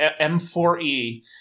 M4E